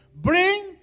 bring